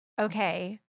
okay